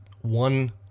one